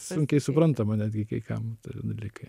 sunkiai suprantama netgi kai kam dalykai